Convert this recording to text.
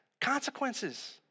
consequences